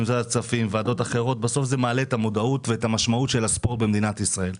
בסוף זה מעלה את המודעות ואת המשמעות של הספורט במדינת ישראל.